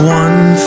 one